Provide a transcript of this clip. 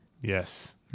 Yes